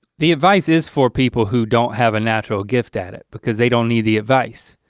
the advice is for people who don't have a natural gift at it, because they don't need the advice.